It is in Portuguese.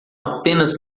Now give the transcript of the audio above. apenas